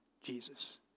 Jesus